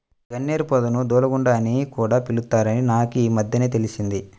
గన్నేరు పొదను దూలగుండా అని కూడా పిలుత్తారని నాకీమద్దెనే తెలిసింది